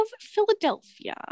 Philadelphia